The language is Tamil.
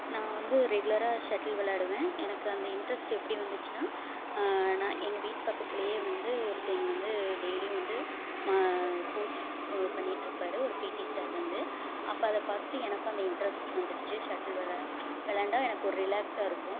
நான் வந்து ரெகுலராக ஷட்டில் விளாடுவேன் எனக்கு அந்த இண்ட்ரஸ்ட் எப்படி வந்துச்சுன்னா நான் எங்கள் வீட்டு பக்கத்துலேயே வந்து ஒருத்தங்கள் வந்து டெய்லியும் வந்து மா கோச் பண்ணிகிட்ருப்பாரு ஒரு பீட்டி சார் வந்து அப்போ அதை பார்த்துட்டு எனக்கும் அந்த இண்ட்ரஸ்ட் வந்துடுச்சு ஷட்டில் வெளா விளாண்டா எனக்கு ஒரு ரிலாக்ஸாக இருக்கும்